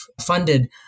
funded